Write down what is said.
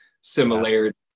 similarity